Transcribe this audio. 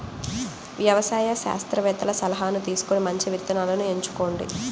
వ్యవసాయ శాస్త్రవేత్తల సలాహాను తీసుకొని మంచి విత్తనాలను ఎంచుకోండి